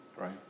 Right